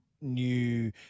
new